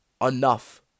enough